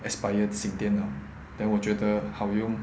aspire 新电脑 then 我觉得好用